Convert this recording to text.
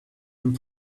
and